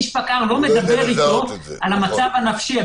איש פקע"ר לא מדבר איתו על המצב הנפשי.